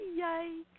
Yikes